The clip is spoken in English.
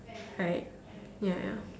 right ya